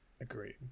Agreed